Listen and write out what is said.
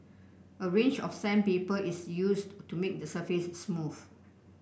a range of sandpaper is used to make the surface smooth